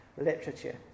literature